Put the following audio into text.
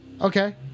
Okay